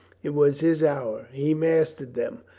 it was his hour. he mastered them.